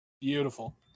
Beautiful